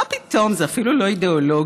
מה פתאום, זה אפילו לא אידיאולוגי.